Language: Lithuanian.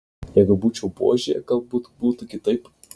jeigu būčiau buožė galbūt būtų kitaip